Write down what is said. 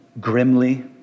grimly